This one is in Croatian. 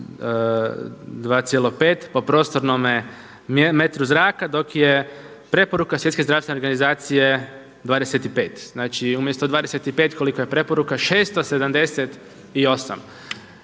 PN2,5 po prostornome metru zraka dok je preporuka Svjetske zdravstvene organizacije 25. Znači umjesto 25, koliko je preporuka 678.